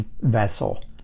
vessel